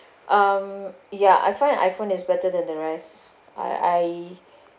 um ya I find iPhone is better than the rest I I